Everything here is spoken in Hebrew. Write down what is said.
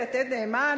ב"יתד נאמן",